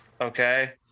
Okay